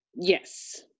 Yes